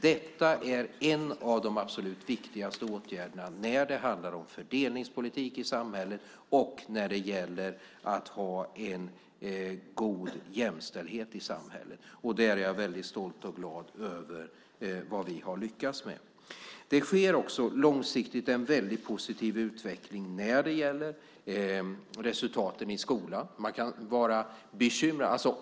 Detta är en av de absolut viktigaste åtgärderna när det handlar om fördelningspolitik i samhället och när det gäller att ha en god jämställdhet i samhället. Där är jag väldigt stolt och glad över det vi har lyckats med. Det sker också långsiktigt en väldigt positiv utveckling av resultaten i skolan.